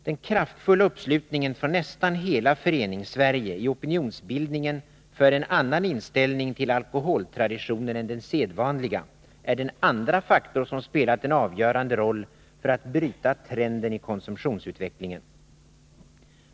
Den kraftfulla uppslutningen från nästan hela Föreningssverige i opinionsbildningen för en annan inställning till alkoholtraditionen än den sedvanliga är den andra faktor som spelat en avgörande roll för att bryta trenden i konsumtionsutvecklingen.